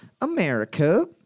America